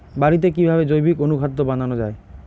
বাড়িতে কিভাবে জৈবিক অনুখাদ্য বানানো যায়?